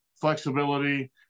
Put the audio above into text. flexibility